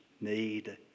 need